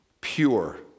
pure